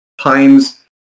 times